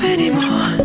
anymore